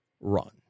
run